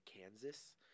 Kansas